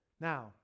Now